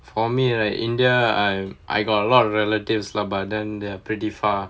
for me right india I I got a lot of relatives lah but then they're pretty far